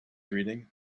reading